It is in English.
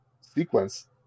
sequence